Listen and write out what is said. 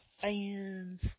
fans